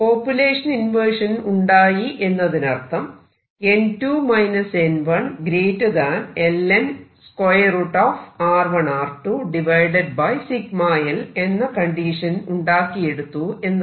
population inversion ഉണ്ടായി എന്നതിനർത്ഥം n2 n1ln√σL എന്ന കണ്ടീഷൻ ഉണ്ടാക്കിയെടുത്തു എന്നാണ്